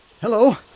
Hello